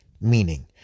meaning